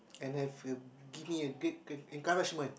and have a give me a great great great encouragement